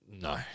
No